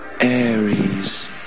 Aries